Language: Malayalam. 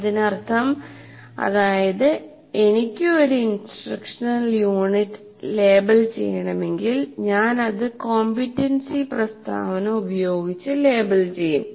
അതിനർത്ഥം അതായതു എനിക്ക് ഒരു ഇൻസ്ട്രക്ഷണൽ യൂണിറ്റ് ലേബൽ ചെയ്യണമെങ്കിൽ ഞാൻ അത് കോംപീറ്റൻസി പ്രസ്താവന ഉപയോഗിച്ച് ലേബൽ ചെയ്യും